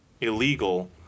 illegal